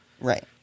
Right